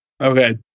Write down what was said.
okay